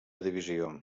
divisió